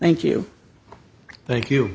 thank you thank you